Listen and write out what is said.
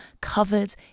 covered